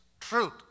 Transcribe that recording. truth